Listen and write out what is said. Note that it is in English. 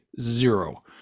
Zero